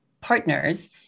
partners